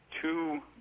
two